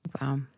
Wow